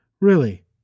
Really